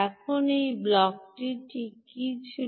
এখন এই ব্লকটি ঠিক কী ছিল